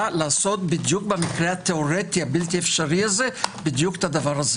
לעשות בדיוק במקרה התיאורטי הבלתי אפשרי הזה את זה.